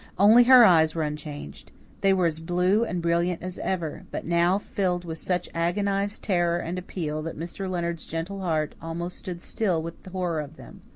only her eyes were unchanged they were as blue and brilliant as ever, but now filled with such agonized terror and appeal that mr. leonard's gentle heart almost stood still with the horror of them.